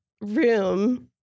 room